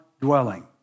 dwelling